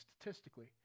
statistically